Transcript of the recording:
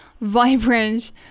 vibrant